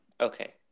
Okay